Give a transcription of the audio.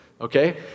okay